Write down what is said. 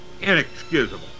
inexcusable